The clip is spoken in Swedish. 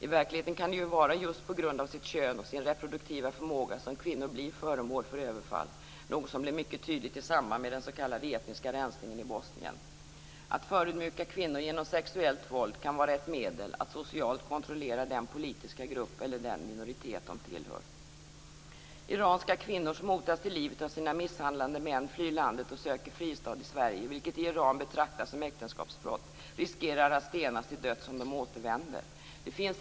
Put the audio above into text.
I verkligheten kan det ju vara just på grund av sitt kön och sin reproduktiva förmåga som kvinnor blir föremål för överfall, något som blev mycket tydligt i samband med den s.k. etniska rensningen i Bosnien. Att förödmjuka kvinnor genom sexuellt våld kan vara ett medel att socialt kontrollera den politiska grupp eller den minoritet som de tillhör. De iranska kvinnor som hotas till livet av sina misshandlande män flyr landet och som söker fristad i Sverige, vilket i Iran betraktas som äktenskapsbrott, riskerar att stenas till döds om de återvänder.